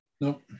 Nope